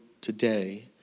today